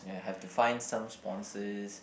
ya have to find some sponsors